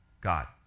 God